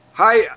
Hi